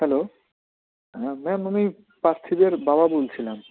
hello হ্যাঁ ma'am আমি পার্থিবের বাবা বলছিলাম